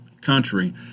country